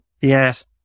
Yes